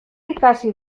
ikasi